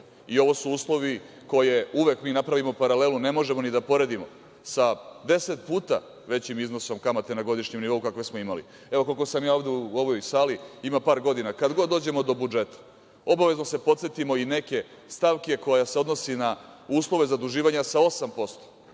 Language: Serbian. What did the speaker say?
i ovo su uslovi koje uvek mi napravimo, paralelu ne može ni da poredimo ni sa deset puta većim iznosom kamate na godišnjem nivou kakve smo imali. Evo, koliko sam ja ovde u ovoj sali, ima par godina. Kada god dođemo do budžeta, obavezno se podsetimo i neke stavke koja se odnosi na uslove zaduživanja sa 8%.